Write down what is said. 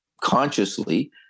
consciously